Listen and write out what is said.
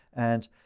and,